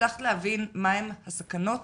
הצלחת להבין מהן הסכנות